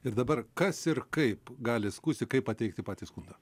ir dabar kas ir kaip gali skųsti kaip pateikti patį skundą